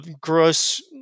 gross